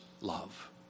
love